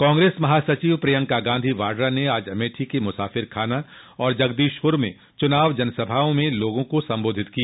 कांग्रेस महासचिव प्रियंका गांधी वाड्रा ने आज अमेठी के मुसाफिर खाना और जगदीशपुर में चुनावी जनसभा में लोगों को संबोधित किया